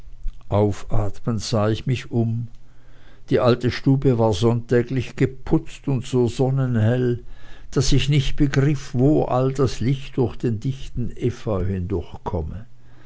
aufatmend sah ich mich um die alte stube war sonntäglich geputzt und so sonnenhell daß ich nicht begriff wo all das licht durch den dichten efeu hindurch